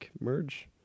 merge